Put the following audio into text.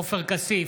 עופר כסיף,